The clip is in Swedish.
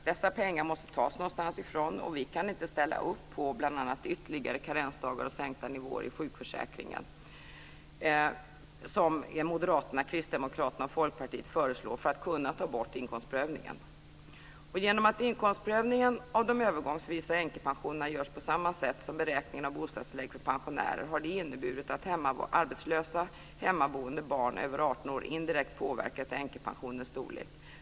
Dessa pengar måste tas någonstans ifrån, och vi kan inte ställa upp på bl.a. ytterligare karensdagar och sänkta nivåer i sjukförsäkringen som Moderaterna, Kristdemokraterna och Folkpartiet föreslår för att kunna ta bort inkomstprövningen. Att inkomstprövningen av de övergångsvisa änkepensionerna görs på samma sätt som beräkningen av bostadstillägg för pensionärer har inneburit att arbetslösa hemmaboende barn över 18 år indirekt påverkat änkepensionens storlek.